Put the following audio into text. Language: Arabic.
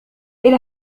إلى